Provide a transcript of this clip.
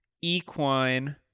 Equine